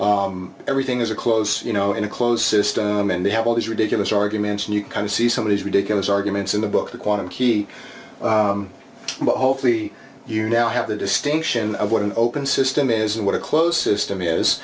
everything is a close you know in a closed system and they have all these ridiculous arguments and you kind of see some of these ridiculous arguments in the book the quantum key but hopefully you now have the distinction of what an open system is and what a closed system is